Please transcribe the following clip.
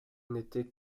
n’était